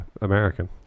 American